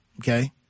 Okay